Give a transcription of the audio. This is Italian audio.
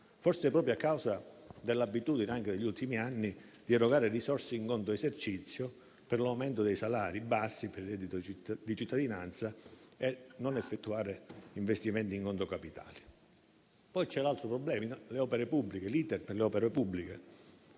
forse proprio a causa dell'abitudine, anche negli ultimi periodi, di erogare risorse in conto esercizio per l'aumento dei salari bassi e per il reddito di cittadinanza, e non effettuare investimenti in conto capitale. Poi c'è l'altro problema, che è quello dell'*iter* delle opere pubbliche.